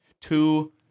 two